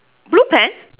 blue pants